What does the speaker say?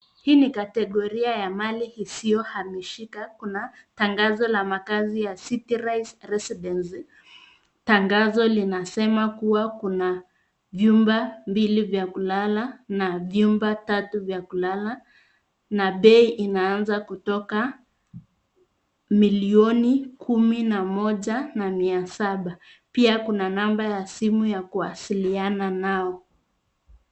Hii ni kategoria ya mali isiyohawishika. Kuna tangazo ya makaazi ya (cs) City Rise Residency (cs). Tangazo linasema kuwa kuna vyumba mbili vya kulala na vyumba tatu vya kulala na bei inaanza kutoka milioni kumi na moja na mia saba. Pia kuna namba ya simu ya kuwasiliana nao.